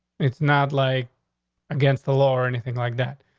it's not like against the law or anything like that.